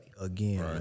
again